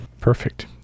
Perfect